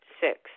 six